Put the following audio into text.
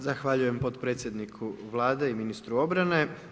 Zahvaljujem potpredsjedniku Vlade i ministru obrane.